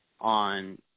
on